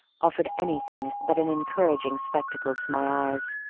offered anything but an encouraging spectacle to my eyes.